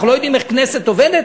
אנחנו לא יודעים איך הכנסת עובדת?